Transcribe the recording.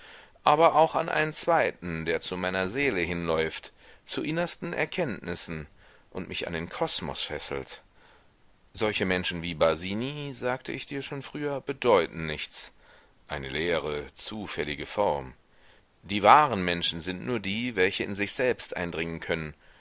aber auch an einen zweiten der zu meiner seele hinläuft zu innersten erkenntnissen und mich an den kosmos fesselt solche menschen wie basini sagte ich dir schon früher bedeuten nichts eine leere zufällige form die wahren menschen sind nur die welche in sich selbst eindringen können